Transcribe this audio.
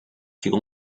提供